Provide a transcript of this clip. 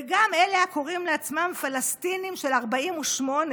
וגם אלה הקוראים לעצמם פלסטינים של 48',